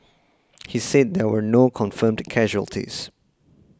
he said there were no confirmed casualties